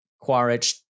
Quaritch